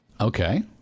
okay